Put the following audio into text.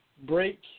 break